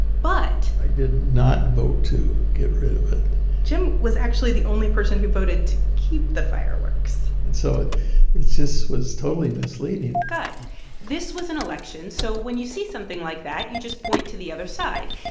but. i did not vote to get rid of it jim was actually the only person who voted to keep the fireworks and so it just was totally misleading but this was an election. so when you see something like that, you just point to the other side.